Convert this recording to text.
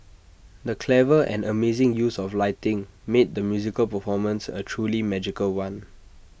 the clever and amazing use of lighting made the musical performance A truly magical one